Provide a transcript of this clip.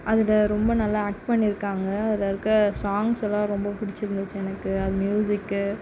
அதில் ரொம்ப நல்லா ஆக்ட் பண்ணியிருக்காங்க அதில் இருக்கிற சாங்ஸ் எல்லா ரொம்ப பிடிச்சிருந்துச்சி எனக்கு அந்த மியூசிக்கு